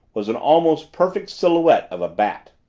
was an almost perfect silhouette of a bat.